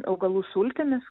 augalų sultimis